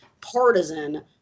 partisan